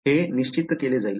हे निश्चित केले जाईल